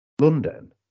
London